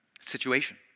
situation